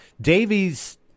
Davies